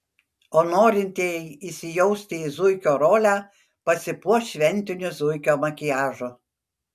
o norintieji įsijausti į zuikio rolę pasipuoš šventiniu zuikio makiažu